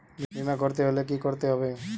বিমা করতে হলে কি করতে হবে?